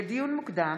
לדיון מוקדם,